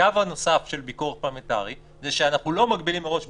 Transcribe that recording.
הקו הנוסף של פיקוח פרלמנטרי זה שאנחנו לא מגבילים מראש בחוק,